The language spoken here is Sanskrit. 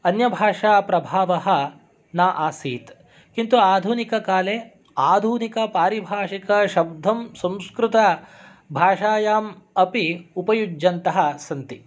अन्यभाषाप्रभावः न आसीत् किन्तु आधुनिककाले आधुनिकपारिभाषिकशब्दं संस्कृत भाषायाम् अपि उपयुज्यवन्तः सन्ति